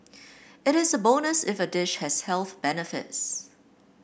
it is a bonus if a dish has health benefits